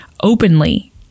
openly